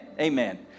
amen